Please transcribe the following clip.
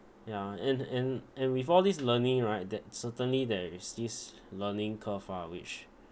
ya and and and with all this learning right that certainly there is this learning curve ah which